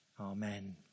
Amen